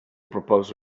propose